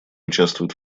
участвует